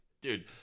Dude